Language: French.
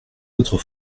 votre